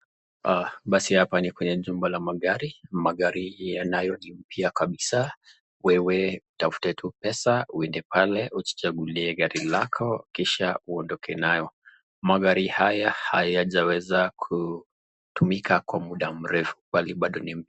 Basi hapa ni kwenye jumba la magari, magari ambayo ni mpya kabisa wewe utafute tu pesa uende pale ujichagulie gari lako kisha uondoke nayo. Magari haya hayajaweza kutumika kwa muda mrefu bali bado ni mpya.